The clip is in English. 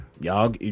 y'all